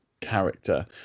character